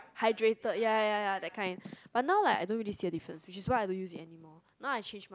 hydrated ya ya ya ya that kind but now like I don't really see a difference which is why I don't use it anymore now I change mask